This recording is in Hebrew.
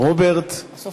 רוברט.